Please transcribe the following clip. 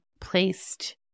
placed